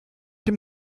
dem